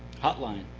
hotline.